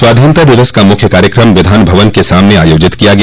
स्वाधीनता दिवस का मुख्य कार्यक्रम विधान भवन के सामने आयोजित किया गया